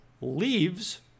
leaves